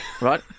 right